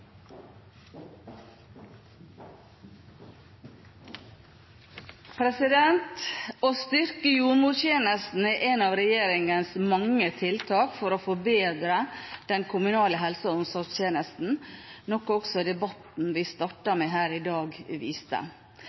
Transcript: av regjeringens mange tiltak for å forbedre den kommunale helse- og omsorgstjenesten, noe også debatten vi startet med her i dag, viste.